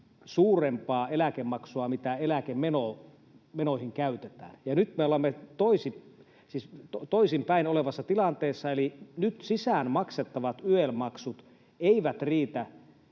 suurempaa eläkemaksua kuin mitä eläkemenoihin käytetään, ja nyt me olemme toisin päin olevassa tilanteessa. Eli nyt sisään maksettavat YEL-maksut eivät riitä